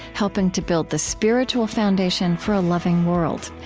helping to build the spiritual foundation for a loving world.